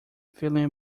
feeling